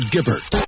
Gibbert